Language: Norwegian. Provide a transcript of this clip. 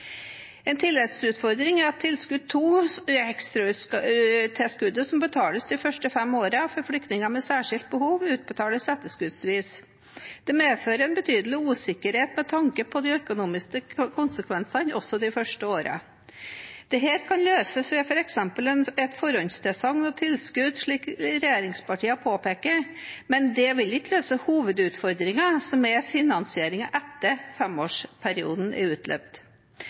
En tilleggsutfordring er at tilskudd 2 – ekstratilskuddet som betales de første fem årene for flyktninger med særskilte behov – utbetales etterskuddsvis. Det medfører en betydelig usikkerhet med tanke på de økonomiske konsekvensene også de første årene. Dette kan løses ved f.eks. et forhåndstilsagn om tilskudd, slik regjeringspartiene påpeker, men det vil ikke løse hovedutfordringen, som er finansieringen etter at femårsperioden er utløpt.